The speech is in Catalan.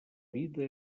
vida